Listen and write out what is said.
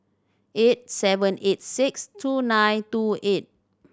eight seven eight six two nine two eight